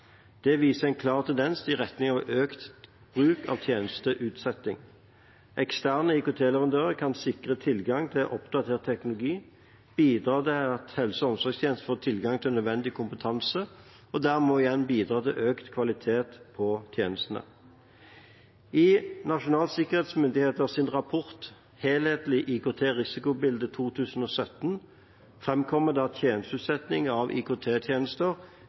viser en klar tendens i retning økt bruk av tjenesteutsetting. Eksterne IKT-leverandører kan sikre tilgang til oppdatert teknologi, bidra til at helse- og omsorgstjenesten får tilgang til nødvendig kompetanse, og derigjennom bidra til økt kvalitet på tjenestene. I Nasjonal sikkerhetsmyndighets rapport Helhetlig IKT-risikobilde 2017 framkommer det at tjenesteutsetting av